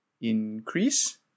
increase